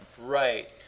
Right